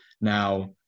Now